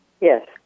Yes